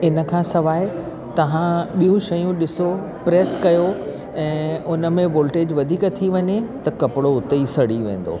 ऐं इन खां सवाइ तव्हां ॿियूं शयूं ॾिसो प्रेस कयो ऐं उनमें वोल्टेज वधीक थी वञे त कपिड़ो उते ई सड़ी वेंदो